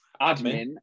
Admin